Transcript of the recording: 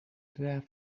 that